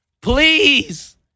Please